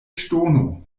ŝtono